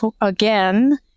again